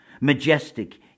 majestic